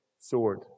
sword